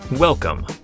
Welcome